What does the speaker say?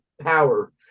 power